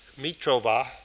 Mitrova